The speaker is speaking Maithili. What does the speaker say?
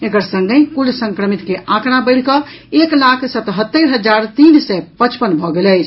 एकर संगहि कुल संक्रमित के आंकड़ा बढ़िकऽ एक लाख सतहत्तरि हजार तीन सय पचपन भऽ गेल अछि